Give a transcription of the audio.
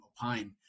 opine